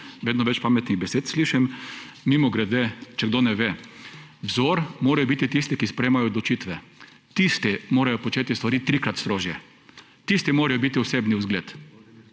Vedno več pametnih besed slišim. Mimogrede, če kdo ne ve, vzor morajo biti tisti, ki sprejemajo odločitve. Tisti morajo početi stvari trikrat strožje. Tisti morajo biti osebni zgled,